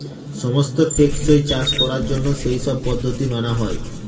সমস্ত টেকসই চাষ করার জন্য সেই সব পদ্ধতি মানা হয়